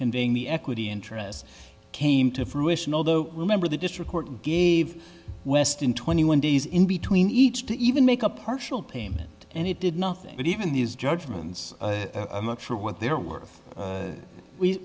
conveying the equity interest came to fruition although remember the district court gave west in twenty one days in between each to even make a partial payment and it did nothing but even these judgments up for what they're worth